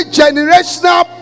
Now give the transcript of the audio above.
generational